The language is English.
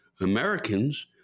Americans